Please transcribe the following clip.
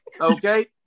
Okay